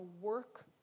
work